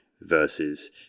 versus